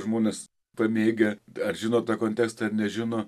žmonės pamėgę ar žino tą kontekstą ar nežino